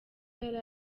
yari